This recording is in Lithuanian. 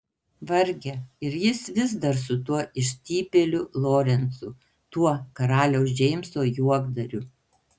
varge ir jis vis dar su tuo išstypėliu lorencu tuo karaliaus džeimso juokdariu